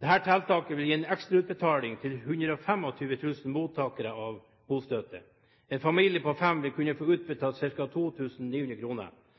Dette tiltaket vil gi en ekstra utbetaling til 125 000 mottakere av bostøtte. En familie på fem vil kunne få utbetalt